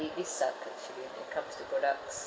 they do suck actually when it comes to products